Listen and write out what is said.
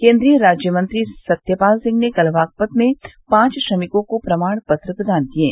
केन्द्रीय राज्य मंत्री सत्यपाल सिंह ने कल बागपत में पांच श्रमिकों को प्रमाण पत्र प्रदान किये